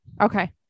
Okay